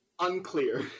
Unclear